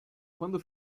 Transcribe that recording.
quando